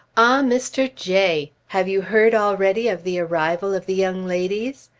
ah, mr. j! have you heard already of the arrival of the young ladies?